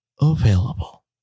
available